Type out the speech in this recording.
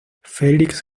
felix